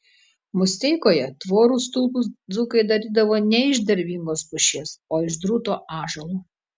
musteikoje tvorų stulpus dzūkai darydavo ne iš dervingos pušies o iš drūto ąžuolo